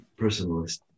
personalist